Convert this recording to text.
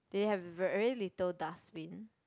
they have very little dustbin